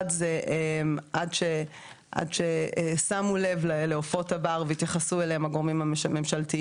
אחד זה עד ששמו לב לעופות הבר והתייחסו אליהם הגורמים הממשלתיים,